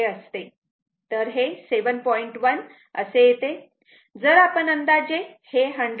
1 असे येते जर आपण अंदाजे हे 100 10 √ 2 असे घेतले तर आपल्याला 7